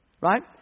Right